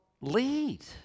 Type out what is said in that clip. lead